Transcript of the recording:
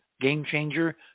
game-changer